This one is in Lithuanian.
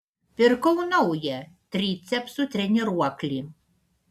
pirkau naują tricepsų treniruoklį